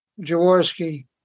Jaworski